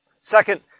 Second